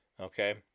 Okay